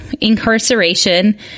incarceration